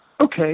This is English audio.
Okay